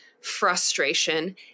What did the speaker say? frustration